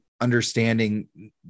understanding